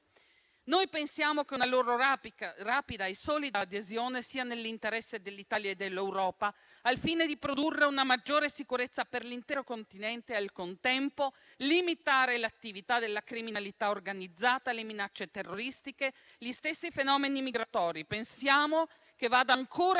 Pensiamo che una loro rapida e solida adesione sia nell'interesse dell'Italia e dell'Europa, al fine di produrre una maggiore sicurezza per l'intero continente e al contempo limitare l'attività della criminalità organizzata, le minacce terroristiche, gli stessi fenomeni migratori. Pensiamo che vada ancora più